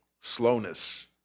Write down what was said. slowness